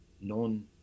non